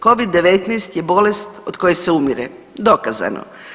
Covid-19 je bolest od koje se umire, dokazano.